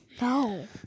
No